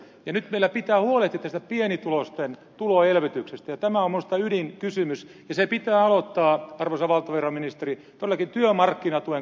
nyt meillä pitää huolehtia tästä pienituloisten tuloelvytyksestä tämä on minusta ydinkysymys ja se pitää aloittaa arvoisa valtiovarainministeri todellakin työmarkkinatuen korotuksesta